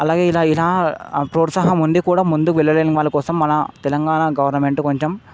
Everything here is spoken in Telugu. అలాగే ఇలా ఇలా ప్రోత్సాహం ఉంది కూడా ముందుకు వెళ్ళలేని వాళ్ళకోసం మన తెలంగాణా గవర్నమెంట్ కొంచెం